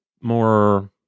more